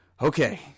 Okay